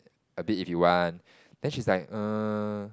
a bit if you want then she's like err